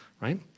Right